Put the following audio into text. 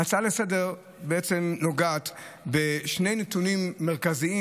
ההצעה לסדר-היום נוגעת בשני נתונים מרכזיים